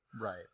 Right